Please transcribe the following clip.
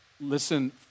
Listen